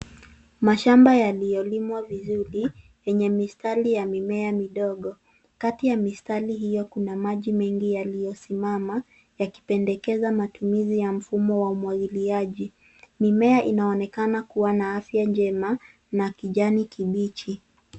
Mashamba yaliyolimwa vizuri yenye mistari ya mimea midogo. Kati ya mistari hiyo kuna maji mengi yaliyosimama yakipendekeza matumizi ya mfumo wa umwagiliaji. Mimea inaonekana kuwa na afya njema na kijani kibichi.